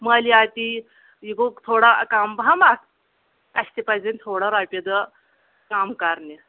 مٲلیاتی یہ گوٚو تھوڑا کم پہمتھ اسہِ تہِ پزِ تھوڑا رۄپیہ دہ کم کرنہِ